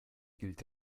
gilt